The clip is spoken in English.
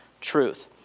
truth